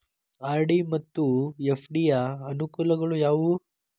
RD ಮತ್ತು FD ಯ ಅನುಕೂಲಗಳು ಯಾವವು?